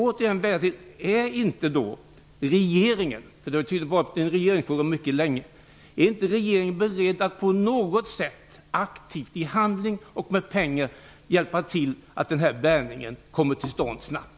Återigen: Är inte regeringen -- det har tydligen varit en regeringsfråga mycket länge -- beredd att på något sätt aktivt i handling och med pengar hjälpa till så att den här bärgningen kommer till stånd snabbt?